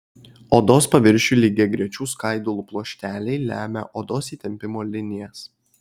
odos paviršiui lygiagrečių skaidulų pluošteliai lemia odos įtempimo linijas